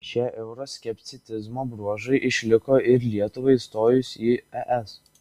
šie euroskepticizmo bruožai išliko ir lietuvai įstojus į es